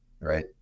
right